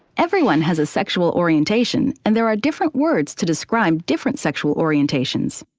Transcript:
everyone has a sexual orientation, and there are different words to describe different sexual orientations.